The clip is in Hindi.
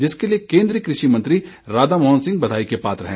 जिसके लिए केंद्रीय कृषि मंत्री राधा मोहन सिंह बधाई के पात्र हैं